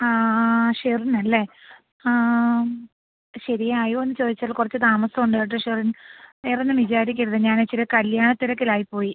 ആ ആ ആ ഷെറിനല്ലേ ആ ആ ശരിയായോന്ന് ചോദിച്ചാൽ കുറച്ച് താമസമുണ്ട് കേട്ടോ ഷെറിൻ വേറൊന്നും വിചാരിക്കരുത് ഞാനിച്ചിരി കല്ല്യാണ തിരക്കിലായിപ്പോയി